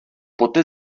poté